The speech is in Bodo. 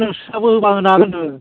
नोंसिनावबो होबा होनो हागोन होनदों